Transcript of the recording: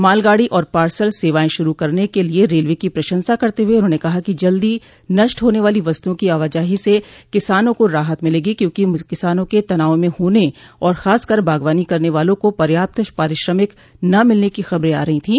मालगाड़ी और पार्सल सेवाएं शुरू करने के लिए रेलवे की प्रशंसा करते हुए उन्होंने कहा कि जल्दो नष्ट होने वाली वस्तओं की आवाजाही से किसानों को राहत मिलेगी क्योंकि किसानों के तनाव में होने और खासकर बागवानी करने वालों को पर्याप्त पारिश्रमिक न मिलने की खबरें आ रहो थीं